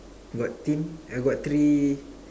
got thin eh I got three